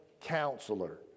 counselor